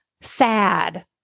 sad